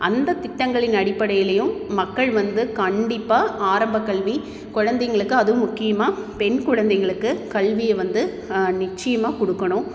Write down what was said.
அந்தத் திட்டங்களின் அடிப்படையிலேயும் மக்கள் வந்து கண்டிப்பாக ஆரம்பக் கல்வி குழந்தைங்களுக்கு அதுவும் முக்கியமாக பெண் குழந்தைங்களுக்கு கல்வியை வந்து நிச்சயமா கொடுக்குணும்